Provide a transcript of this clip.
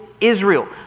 Israel